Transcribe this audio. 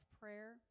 prayer